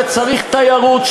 וצריך תיירות,